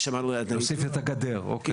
נוסיף את הגדר, אוקיי.